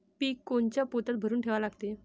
पीक कोनच्या पोत्यात भरून ठेवा लागते?